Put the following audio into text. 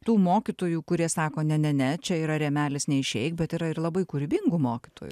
tų mokytojų kurie sako ne ne ne čia yra rėmelis neišeik bet yra ir labai kūrybingų mokytojų